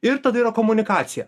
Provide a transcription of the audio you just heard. ir tada yra komunikacija